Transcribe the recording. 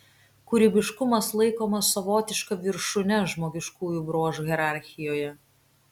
kūrybiškumas laikomas savotiška viršūne žmogiškųjų bruožų hierarchijoje